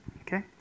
Okay